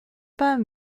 pas